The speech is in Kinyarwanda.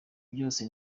byose